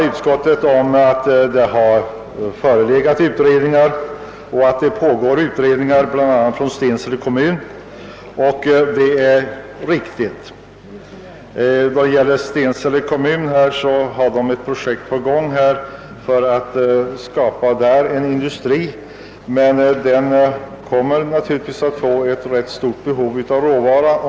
Utskottet skriver att utredningar har gjorts och pågår, bl.a. av Stensele kommun, och detta är riktigt. I Stensele kommun har man ett projekt på gång för att starta en industri, vilken i så fall naturligtvis får ett ganska stort behov av råvara.